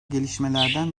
gelişmelerden